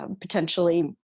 Potentially